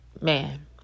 man